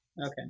Okay